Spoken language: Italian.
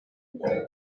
bene